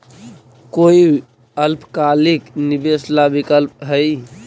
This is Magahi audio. कोई अल्पकालिक निवेश ला विकल्प हई?